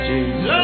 Jesus